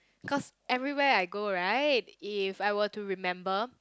cause everywhere I go right if I were to remember